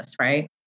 right